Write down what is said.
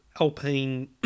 Alpine